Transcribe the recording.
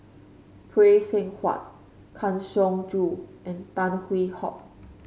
Phay Seng Whatt Kang Siong Joo and Tan Hwee Hock